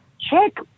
check